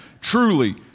truly